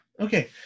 Okay